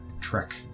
trek